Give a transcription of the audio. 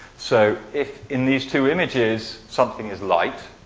so, if in these two images, something is light.